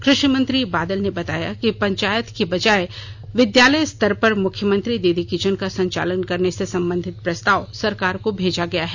कृषि मंत्री बादल ने बताया कि पंचायत की बजाय विद्यालय स्तर पर मुख्यमंत्री दीदी किचन का संचालन करने से संबंधित प्रस्ताव सरकार को भेजा गया है